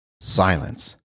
Silence